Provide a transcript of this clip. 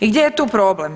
I gdje je tu problem?